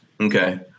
Okay